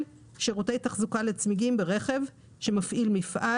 שירותי תחזוקה לצמיגים ברכב מפעיל מפעל